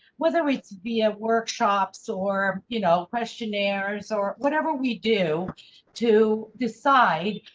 whether it's via workshops or you know questionnaires or whatever we do to decide.